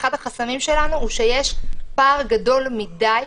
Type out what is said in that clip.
אחד החסמים שלנו הוא שיש פער גדול מדי,